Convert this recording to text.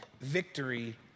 victory